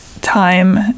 time